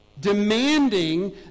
demanding